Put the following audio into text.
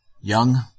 Young